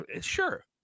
sure